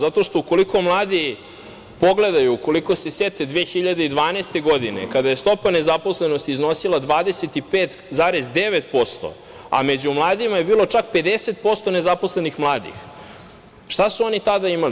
Zato što ukoliko mladi pogledaju, ukoliko se sete 2012. godine, kada je stopa nezaposlenosti iznosila 25,9%, a među mladima je bilo čak 50% nezaposlenih mladih, šta su oni tada imali?